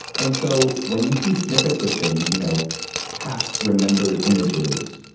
and so when you see snippets of things you know half remembered images.